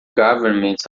governments